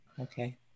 Okay